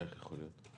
איך זה יכול להיות?